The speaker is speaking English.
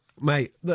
Mate